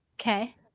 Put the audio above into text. Okay